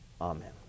Amen